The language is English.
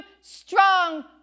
strong